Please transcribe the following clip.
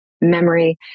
memory